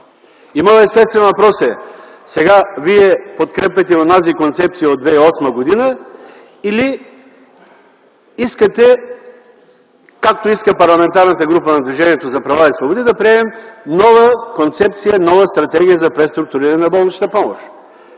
Моят естествен въпрос е: сега вие подкрепяте онази концепция от 2008 г. или искате, както иска Парламентарната група на Движението за права и свободи, да приемем нова концепция, нова стратегия за преструктуриране на болничната помощ?